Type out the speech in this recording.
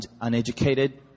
uneducated